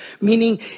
meaning